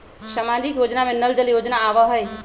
सामाजिक योजना में नल जल योजना आवहई?